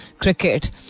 cricket